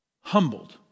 humbled